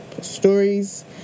stories